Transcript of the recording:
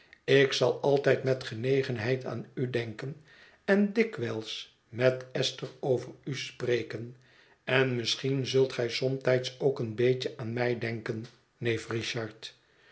ik zal altijd met genegenheid aan u denken en dikwijls met esther over u spreken en misschien zult gij somtijds ook een beetje aan mij denken neef richard